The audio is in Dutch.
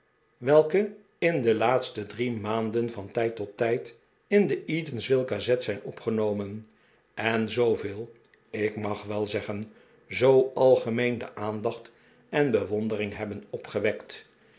welke in de laatste drie maanden van tijd tot tijd in de eatanswillgazette zijn opgenomen en zooveel ik mag wel zeggen zoo algemeen de aandacht en be wondering hebben opgewekt